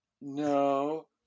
No